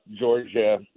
Georgia